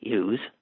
use